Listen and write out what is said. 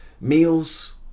meals